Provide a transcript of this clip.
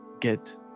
get